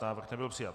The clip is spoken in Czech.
Návrh nebyl přijat.